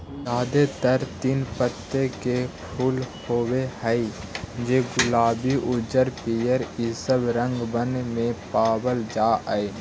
जादेतर तीन पत्ता के फूल होब हई जे गुलाबी उज्जर पीअर ईसब रंगबन में पाबल जा हई